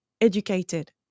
educated